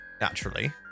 naturally